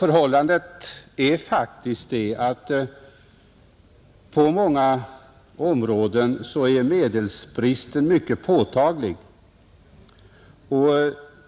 Förhållandet är faktiskt det att medelsbristen på många områden är mycket påtaglig.